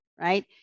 Right